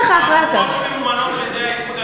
עמותות שממומנות על-ידי האיחוד האירופי?